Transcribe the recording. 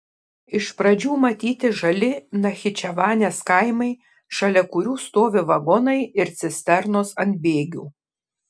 iš pradžių matyti žali nachičevanės kaimai šalia kurių stovi vagonai ir cisternos ant bėgių